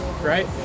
right